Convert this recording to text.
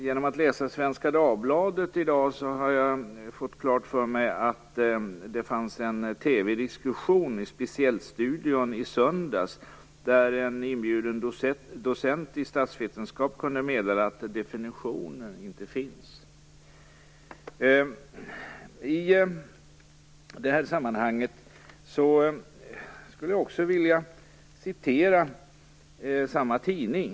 Genom att läsa Svenska Dagbladet i dag har jag fått klart för mig att det fördes en TV-diskussion i Speciellt-studion i söndags, där en inbjuden docent i statsvetenskap kunde meddela att någon definition på begreppet lobbying inte finns. I detta sammanhang skulle jag vilja citera samma tidning.